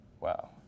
Wow